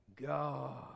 God